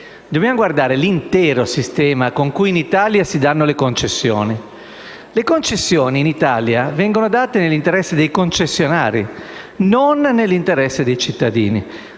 dobbiamo guardare l'intero sistema con cui in Italia si danno le concessioni. Le concessioni in Italia vengono date nell'interesse dei concessionari, non nell'interesse dei cittadini: